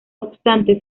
obstante